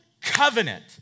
covenant